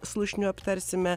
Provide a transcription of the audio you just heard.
slušniu aptarsime